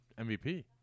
MVP